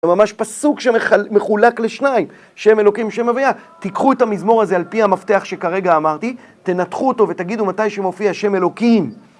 זה ממש פסוק שמחולק לשניים, שם אלוקים ושם הוויה. תיקחו את המזמור הזה על פי המפתח שכרגע אמרתי, תנתחו אותו ותגידו מתי שמופיע שם אלוקים.